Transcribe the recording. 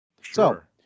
Sure